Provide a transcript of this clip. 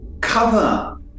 cover